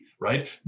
right